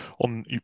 on